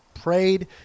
Prayed